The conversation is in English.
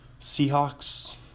Seahawks